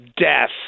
death